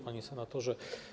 Panie Senatorze!